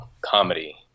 comedy